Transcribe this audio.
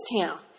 town